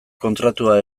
kontratua